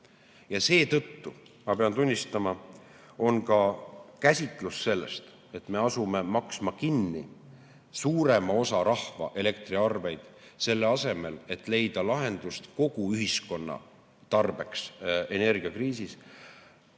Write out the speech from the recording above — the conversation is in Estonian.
ja seetõttu ma pean tunnistama, et see, et me asume kinni maksma suurema osa rahva elektriarveid, selle asemel et leida lahendust kogu ühiskonna tarbeks energiakriisis,